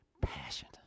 passion